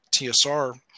tsr